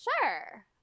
Sure